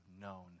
known